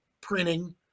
printing